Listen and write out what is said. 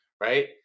Right